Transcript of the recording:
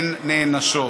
הן נענשות.